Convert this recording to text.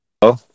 Hello